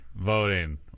Voting